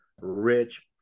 rich